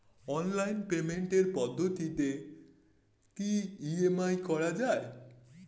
Online পেমেন্টের পদ্ধতিতে কি ই.এম.আই করা যায়?